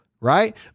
Right